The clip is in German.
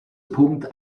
punkt